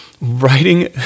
writing